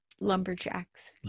lumberjacks